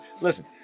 listen